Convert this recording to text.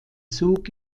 zug